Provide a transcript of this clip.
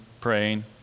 praying